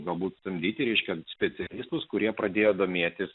galbūt stabdyti reiškiant specialistus kurie pradėjo domėtis